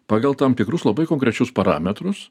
pagal tam tikrus labai konkrečius parametrus